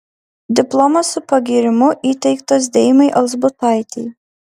diplomas su pagyrimu įteiktas deimai alzbutaitei